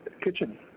kitchen